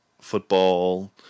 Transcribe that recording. football